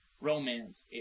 romance